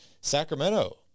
Sacramento